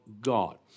God